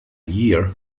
year